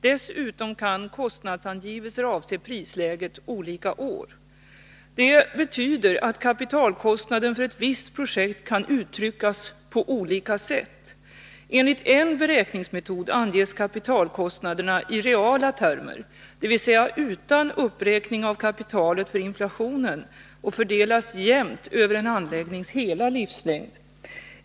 Dessutom kan kostnadsangivelser avse prisläget olika år. Det betyder att kapitalkostnaden för ett visst projekt kan uttryckas på olika sätt. Enligt en beräkningsmetod anges kapitalkostnaderna i reala termer, dvs. utan uppräkning av kapitalet för inflationen, och fördelas jämnt över en anläggnings hela livslängd.